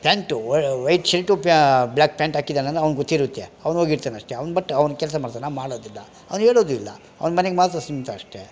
pant white shirt ಪ್ಯಾ black pant ಹಾಕಿದ್ದಾನಲ್ಲ ಅವ್ನಿಗೆ ಗೊತ್ತಿರುತ್ತೆ ಅವ್ನೋಗಿರ್ತಾನಷ್ಟೇ ಅವ್ನು ಬಟ್ ಅವ್ನು ಕೆಲಸ ಮಾಡ್ತಾನ ಮಾಡೋದಿಲ್ಲ ಅವ್ನು ಹೇಳೋದು ಇಲ್ಲ ಅವ್ನು ಮನೆಗೆ ಮಾತ್ರ ಸೀಮಿತ ಅಷ್ಟೇ